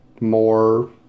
more